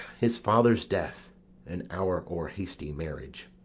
his father's death and our o'erhasty marriage.